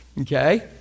Okay